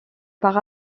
par